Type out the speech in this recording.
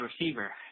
receiver